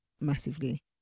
massively